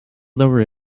lower